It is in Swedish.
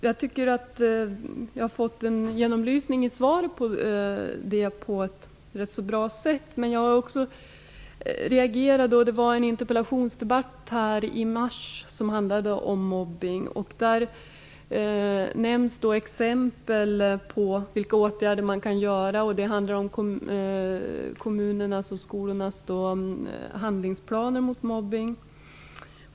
Jag tycker att jag har fått en rätt bra genomlysning i svaret. Men jag reagerade då det var en interpellationsdebatt i mars som handlade om mobbning. Där nämndes exempel på vilka åtgärder man kan vidta. Det handlade om kommunernas och skolornas handlingsplaner mot mobbning.